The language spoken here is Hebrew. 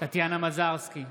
טטיאנה מזרסקי,